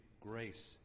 grace